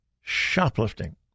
shoplifting